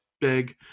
big